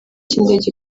cy’indege